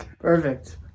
Perfect